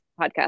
podcast